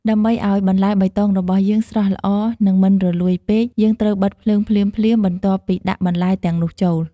ដើម្បីឱ្យបន្លែបៃតងរបស់យើងស្រស់ល្អ និង មិនរលួយពេក យើងត្រូវបិទភ្លើងភ្លាមៗបន្ទាប់ពីដាក់បន្លែទាំងនោះចូល។